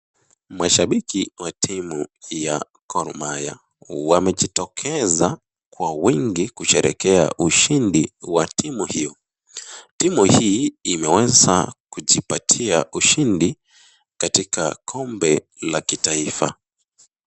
Mashambiki wa timu ya Goh Mahia wamejitokeza kwa wingi kusherehekea ushindi wa timu hio. Timu hii imeweza kujipatia ushindi katika kombe la kitaifa.